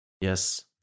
Yes